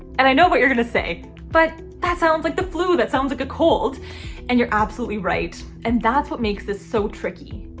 and i know what you're gonna say but that sounds like the flu, that sounds like a cold and you're absolutely right and that's what makes this so tricky.